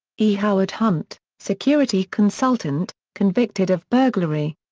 e. howard hunt, security consultant, convicted of burglary.